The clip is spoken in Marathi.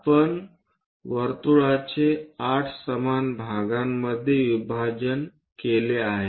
आपण वर्तुळाचे 8 समान भागांमध्ये विभाजन केले आहे